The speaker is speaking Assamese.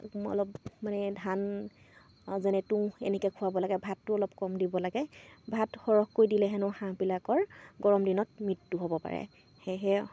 অলপ মানে ধান যেনে তুঁহ এনেকৈ খোৱাব লাগে ভাতটোও অলপ কম দিব লাগে ভাত সৰহকৈ দিলেহে হাঁহবিলাকৰ গৰম দিনত মৃত্যু হ'ব পাৰে সেয়েহে